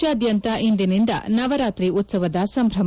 ದೇಶಾದ್ಯಂತ ಇಂದಿನಿಂದ ನವರಾತ್ರಿ ಉತ್ತವದ ಸಂಭ್ರಮ